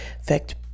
affect